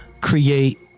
create